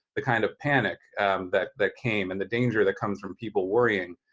the kind of panic that that came and the danger that comes from people worrying.